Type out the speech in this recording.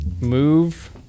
move